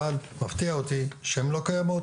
אבל מפתיע אותי שהן לא קיימות,